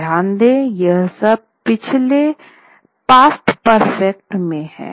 ध्यान दे यह सब पिछले परिपूर्ण में है